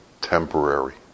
temporary